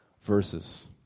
verses